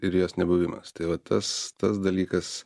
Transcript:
ir jos nebuvimas tai vat tas tas dalykas